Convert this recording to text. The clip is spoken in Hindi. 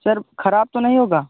सर ख़राब तो नहीं होगी